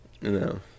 No